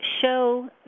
show